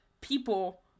people